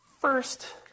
first